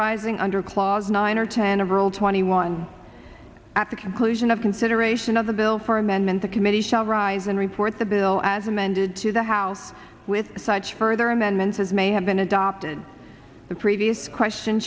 arising under clause nine or ten of rule twenty one at the conclusion of consideration of the bill for amendment the committee shall rise and report the bill as amended to the house with such further amendments as may have been adopted the previous question